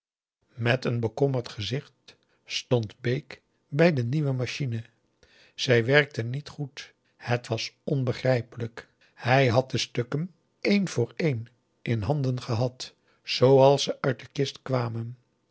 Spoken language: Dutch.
met een bekommerd gezicht stond bake bij de nieuwe machine zij werkte niet goed het was onbegrijpelijk hij had de stukken een voor een in handen gehad zooals ze uit de